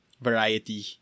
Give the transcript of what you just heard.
variety